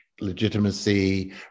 legitimacy